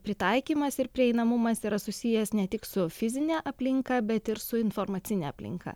pritaikymas ir prieinamumas yra susijęs ne tik su fizine aplinka bet ir su informacine aplinka